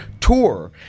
tour